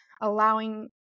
allowing